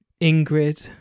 Ingrid